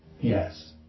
Yes